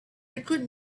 because